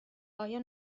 آیا